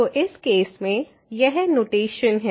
तो इस केस में यह नोटेशन है